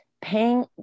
paying